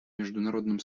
международном